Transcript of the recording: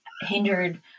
hindered